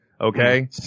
Okay